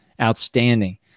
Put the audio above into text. outstanding